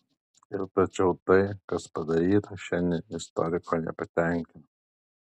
ir tačiau tai kas padaryta šiandien istoriko nepatenkina